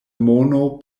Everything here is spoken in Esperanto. mono